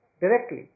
directly